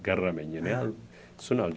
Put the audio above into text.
get it i mean you know so no